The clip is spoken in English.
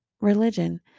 Religion